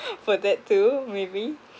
for that too maybe